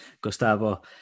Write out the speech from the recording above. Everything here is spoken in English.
Gustavo